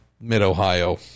Mid-Ohio